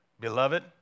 Beloved